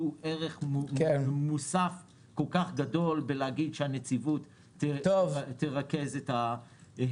ערך מוסף כל-כך גדול לומר שהנציבות תרכז את הדברים.